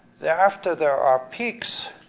thereafter, there are peaks,